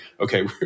okay